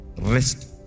Rest